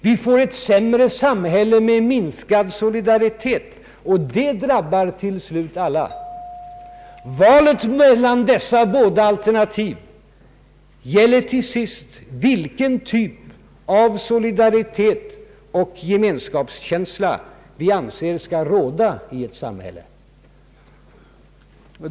Vi får ett sämre samhälle med minskad solidaritet, och det drabbar till slut alla. Valet mellan dessa båda alternativ gäller till sist vilken typ av solidaritet och gemenskapskänsla vi anser skall råda i ett samhälle.